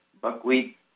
buckwheat